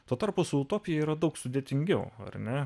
tuo tarpu su utopija yra daug sudėtingiau ar ne